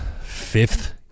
fifth